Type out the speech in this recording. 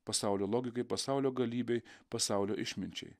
pasaulio logikai pasaulio galybei pasaulio išminčiai